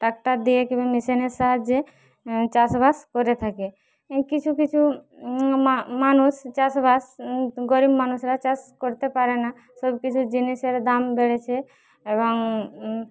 tractor দিয়ে কিংবা মেশিনের সাহায্যে চাষবাস করে থাকে কিছু কিছু মা মানুষ চাষবাস গরিব মানুষরা চাষ করতে পারে না সবকিছু জিনিসের দাম বেড়েছে এবং